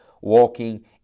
walking